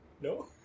no